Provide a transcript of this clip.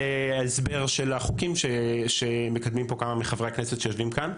הסבר של חוקים שמקדמים כמה מחברי הכנסת שיושבים כאן.